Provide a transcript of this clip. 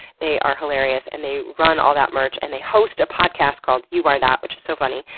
they are hilarious, and they run all that merch, and they host a podcast called you are that, which is so funny.